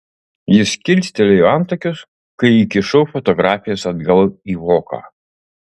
jis kilstelėjo antakius kai įkišau fotografijas atgal į voką